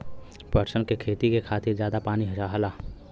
पटसन के खेती के खातिर जादा पानी चाहला